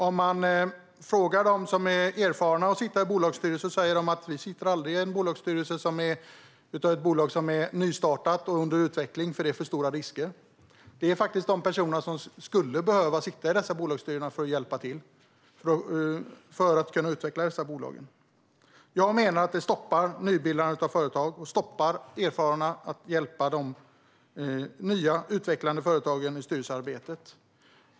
Om man frågar dem som har erfarenhet av att sitta i en bolagsstyrelse säger de att de aldrig sitter i en styrelse i ett bolag som är nystartat och under utveckling, eftersom det är för stora risker. Det är faktiskt de som skulle behöva sitta i dessa bolagsstyrelser för att hjälpa till att utveckla dessa bolag. Jag menar att det stoppar nybildandet av bolag och stoppar att erfarna hjälper de nya, utvecklande företagen i styrelsearbetet.